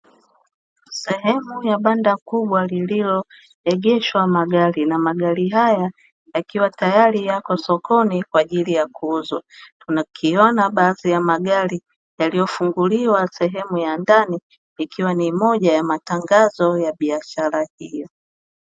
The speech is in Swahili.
Sehemu ya banda kubwa lililoegeshwa magari, na magari haya yakiwa tayari yapo sokoni kwaaj ili ya kuuzwa. Nikiona baadhi ya magari yaliyo funguliwa sehemu ya ndani ikiwa ni moja ya matangazo ya biashara hii.